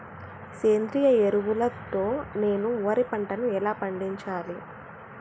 సేంద్రీయ ఎరువుల తో నేను వరి పంటను ఎలా పండించాలి?